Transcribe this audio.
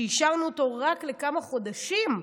שאישרנו אותו רק לכמה חודשים,